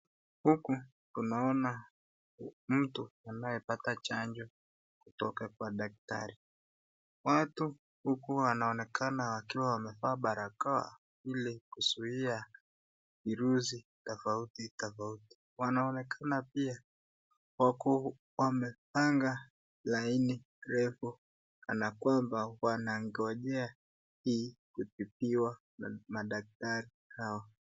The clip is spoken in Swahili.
Hapa tunaona mtu anayepata chanjo kutoka kwa daktari watu huku wanaonekana wakiwa wamevaa barakoa ili kuzuia virusi tofauti tofauti wanaonekana pia wako wamepanga laini refu na kwamba wanagonjea kutibiwa na madaktari hao.